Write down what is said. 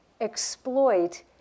exploit